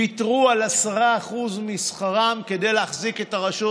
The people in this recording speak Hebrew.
העובדים ויתרו על 10% משכרם כדי להחזיק את הרשות